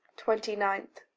twenty nine.